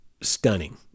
stunning